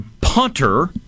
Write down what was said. punter